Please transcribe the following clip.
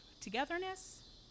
togetherness